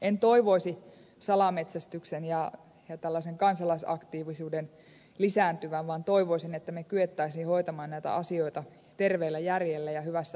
en toivoisi salametsästyksen ja tällaisen kansalaisaktiivisuuden lisääntyvän vaan toivoisin että me kykenisimme hoitamaan näitä asioita terveellä järjellä ja hyvässä yhteisymmärryksessä